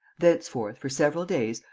thenceforth, for several days,